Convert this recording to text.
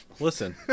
Listen